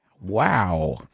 Wow